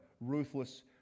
ruthless